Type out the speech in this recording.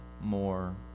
more